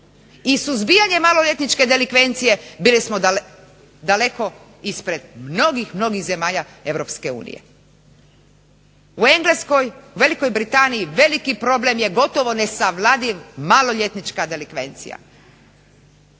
i suzbijanje maloljetničke delikvencije bili smo daleko ispred mnogih, mnogih zemalja Europske unije. U Engleskoj, Veliki Britaniji veliki problem je gotovo nesavladiv, maloljetnička delikvencija,